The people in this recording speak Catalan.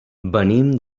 venim